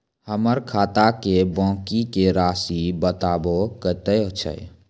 हमर खाता के बाँकी के रासि बताबो कतेय छै?